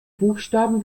buchstaben